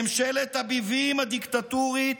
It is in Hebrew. ממשלת הביבים הדיקטטורית